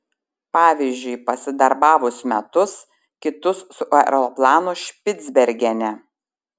pavyzdžiui pasidarbavus metus kitus su aeroplanu špicbergene